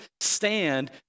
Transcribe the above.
stand